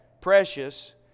precious